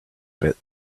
bit